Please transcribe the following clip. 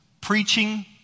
Preaching